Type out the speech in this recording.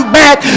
back